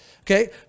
Okay